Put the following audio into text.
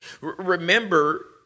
Remember